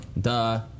duh